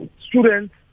students